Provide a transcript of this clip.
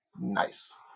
nice